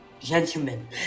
gentlemen